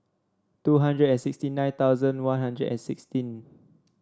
two hundred and sixty nine thousand One Hundred and sixteen